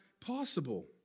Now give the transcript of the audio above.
possible